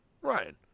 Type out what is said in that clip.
Ryan